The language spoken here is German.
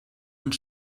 und